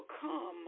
come